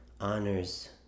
honors